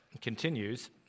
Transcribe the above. continues